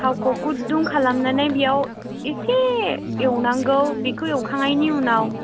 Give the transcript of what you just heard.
थावखौ गुदुं खालामनानै बेयाव एसे एवनांगौ बेखौ एवखांनायनि उनाव